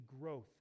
growth